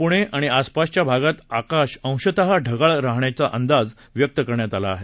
पुणे आणि आसपासच्या भागात आकाश अंशतः ढगाळ राहण्याचा अंदाज व्यक्त करण्यात आला आहे